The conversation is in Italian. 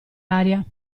aria